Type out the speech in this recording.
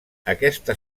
aquesta